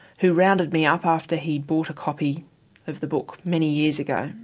who rounded me up after he'd bought a copy of the book many years ago,